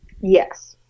Yes